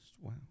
wow